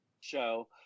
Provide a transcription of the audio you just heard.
show